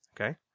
Okay